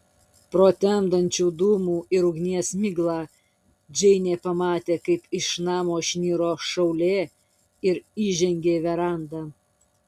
pro temdančią dūmų ir ugnies miglą džeinė pamatė kaip iš namo išniro šaulė ir išžengė į verandą